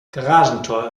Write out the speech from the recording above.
garagentor